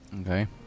Okay